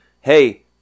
hey